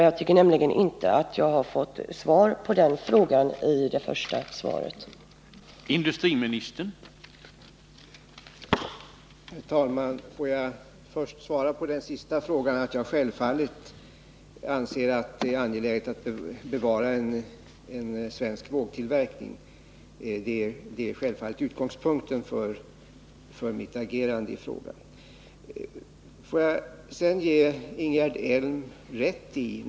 Jag tycker nämligen inte att jag har fått svar på den frågan i industriministerns första inlägg.